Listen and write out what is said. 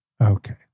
Okay